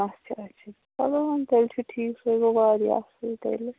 اچھا اچھا چلو وۄنۍ تیٚلہِ چھُ ٹھیٖکھ سُے گوٚو واریاہ اصٕل تیٚلہِ